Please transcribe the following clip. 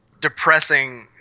depressing